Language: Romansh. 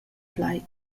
plaid